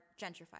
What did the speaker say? gentrified